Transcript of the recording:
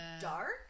dark